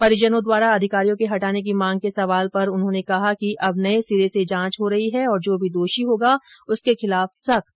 परिजनों द्वारा अधिकारियों के हटाने की मांग के सवाल पर उन्होंने कहा कि अब नए सिरे से जांच हो रही है और जो भी दोषी होगा उसके खिलाफ सरकार सख्त कार्रवाई करेगी